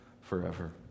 forever